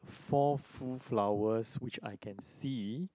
four full flowers which I can see